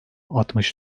altmış